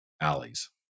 alleys